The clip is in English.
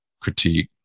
critique